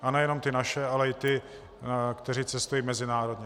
A nejenom ty naše, ale i ty, kteří cestují mezinárodně.